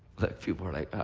like few were like, oh,